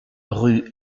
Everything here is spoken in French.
rue